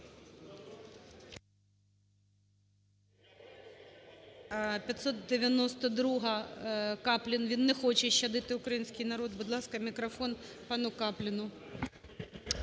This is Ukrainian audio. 592-а,Каплін. Він не хоче щадити український народ. Будь ласка, мікрофон пану Капліну.